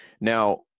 Now